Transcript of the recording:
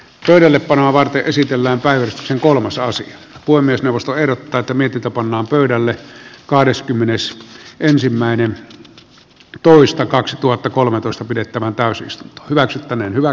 pöydällepanoa varten esitellään varsin kolmasosan apua myös neuvosto ehdottaa tamitita pannaan pöydälle kahdeskymmenes ensimmäinen toista kaksituhattakolmetoista pidettävään pääsystä hyväksyttäneen hyvä